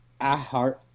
iHeart